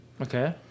Okay